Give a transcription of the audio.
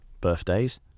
birthdays